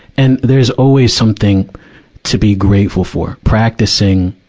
and there's always something to be grateful for. practicing,